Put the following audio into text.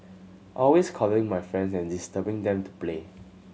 always calling my friends and disturbing them to play